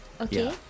Okay